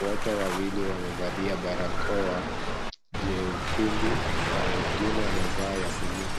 Wote wawili wamevalia barakoa jekundu na wengine amevaa ya buluu.